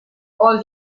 all